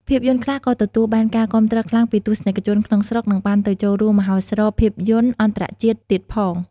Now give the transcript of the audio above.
ភាពយន្តខ្លះក៏ទទួលបានការគាំទ្រខ្លាំងពីទស្សនិកជនក្នុងស្រុក និងបានទៅចូលរួមមហោស្រពភាពយន្តអន្តរជាតិទៀតផង។